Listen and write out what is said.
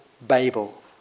Babel